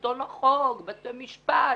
שלטון החוק, בתי משפט.